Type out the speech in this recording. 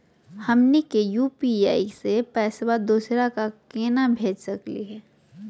हमनी के यू.पी.आई स पैसवा दोसरा क केना भेज सकली हे?